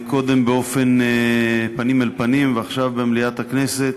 קודם פנים אל פנים ועכשיו במליאת הכנסת.